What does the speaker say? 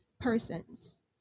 persons